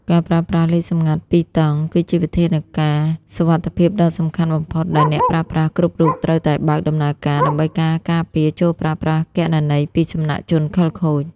ការប្រើប្រាស់ លេខសម្ងាត់ពីរតង់ គឺជាវិធានការសុវត្ថិភាពដ៏សំខាន់បំផុតដែលអ្នកប្រើប្រាស់គ្រប់រូបត្រូវតែបើកដំណើរការ ដើម្បីការពារការចូលប្រើប្រាស់គណនីពីសំណាក់ជនខិលខូច។